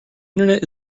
internet